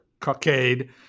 cockade